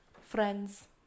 friends